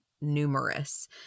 numerous